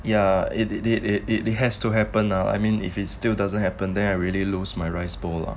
ya it it it it it it has to happen lah I mean if it still doesn't happen there I really lose my rice bowl lah